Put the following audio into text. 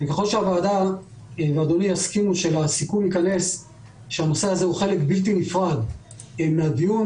ככל שהוועדה ואדוני יסכימו שהנושא הזה הוא חלק בלתי נפרד מהדיון,